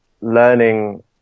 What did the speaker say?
learning